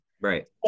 Right